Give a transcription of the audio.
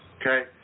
Okay